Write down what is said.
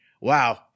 wow